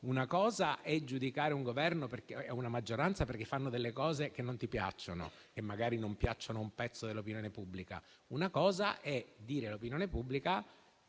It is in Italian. Una cosa però è giudicare un Governo e una maggioranza perché fanno cose che non piacciono, e magari non piacciono un pezzo dell'opinione pubblica. Altra cosa è dire all'opinione pubblica